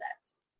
sets